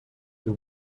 the